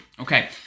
Okay